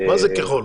מה זה 'ככל'?